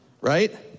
Right